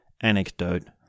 anecdote